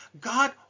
God